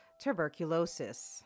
tuberculosis